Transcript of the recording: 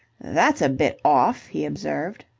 that's a bit off, he observed.